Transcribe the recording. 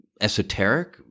esoteric